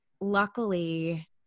luckily